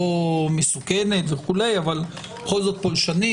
לא מסוכנת אבל בכל זאת פולשנית.